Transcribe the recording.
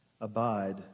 Abide